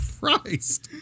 Christ